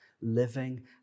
living